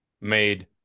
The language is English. made